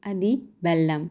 అది బెల్లం